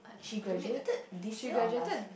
she graduated this year or last